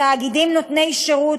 תאגידים נותני שירות,